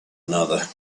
another